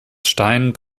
stein